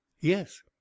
yes